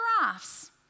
Giraffes